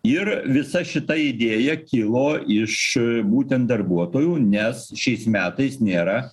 ir visa šita idėja kilo iš būtent darbuotojų nes šiais metais nėra